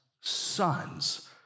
sons